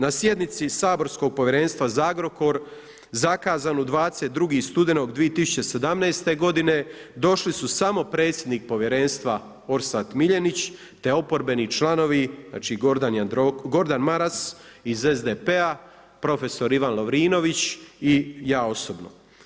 Na sjednici saborskog povjerenstva za Agrokor zakazan 22. studenog 2017. g. došli su samo predsjednik povjerenstva Orsat Miljenić, te oporbeni članovi Gordan Maras iz SDP-a, profesor Ivan Lovrinović i ja osobno.